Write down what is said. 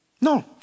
no